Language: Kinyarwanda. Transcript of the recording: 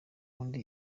wundi